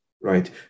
right